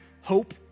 hope